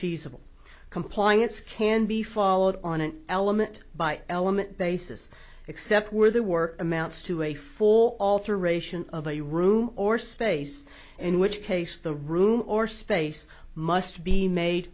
feasible compliance can be followed on an element by element basis except where the work amounts to a full alteration of a room or space in which case the room or space must be made